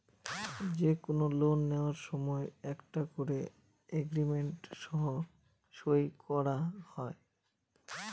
যে কোনো লোন নেওয়ার সময় একটা করে এগ্রিমেন্ট সই করা হয়